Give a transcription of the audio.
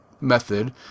method